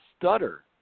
stutter